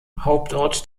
hauptort